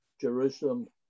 Jerusalem